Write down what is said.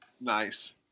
Nice